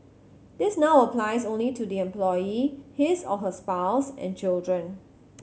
this now applies only to the employee his or her spouse and children